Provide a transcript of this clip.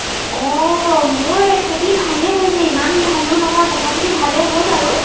অঁ মোৰ খেতি ভালেই হৈছে ইমান ভালো নহয় তথাপিটো ভালেই হ'ল বাৰু